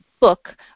book